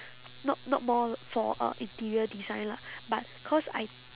not not more for uh interior design lah but cause I